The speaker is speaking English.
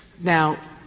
Now